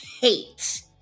hate